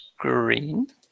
green